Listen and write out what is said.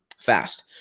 fast.